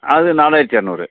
அது நாலாயிரத்து இரநூறு